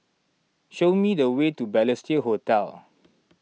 show me the way to Balestier Hotel